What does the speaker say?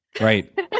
Right